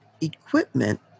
equipment